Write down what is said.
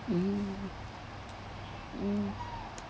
mm mm